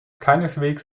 keineswegs